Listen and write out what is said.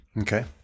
Okay